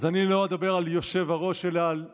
אז אני לא אדבר על היושב-ראש, אלא על המורה,